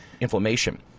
inflammation